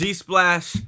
G-Splash